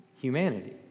humanity